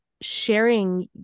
sharing